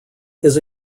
his